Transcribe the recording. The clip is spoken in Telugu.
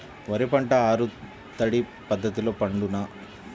వరి పంట ఆరు తడి పద్ధతిలో పండునా?